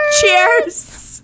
cheers